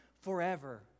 forever